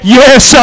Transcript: yes